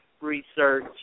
research